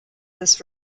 this